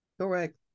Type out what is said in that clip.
correct